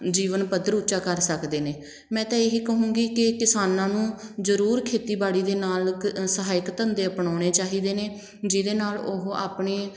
ਜੀਵਨ ਪੱਧਰ ਉੱਚਾ ਕਰ ਸਕਦੇ ਨੇ ਮੈਂ ਤਾਂ ਇਹ ਹੀ ਕਹੂੰਗੀ ਕਿ ਕਿਸਾਨਾਂ ਨੂੰ ਜ਼ਰੂਰ ਖੇਤੀਬਾੜੀ ਦੇ ਨਾਲ ਇੱਕ ਸਹਾਇਕ ਧੰਦੇ ਅਪਣਾਉਣੇ ਚਾਹੀਦੇ ਨੇ ਜਿਹਦੇ ਨਾਲ ਉਹ ਆਪਣੇ